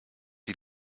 die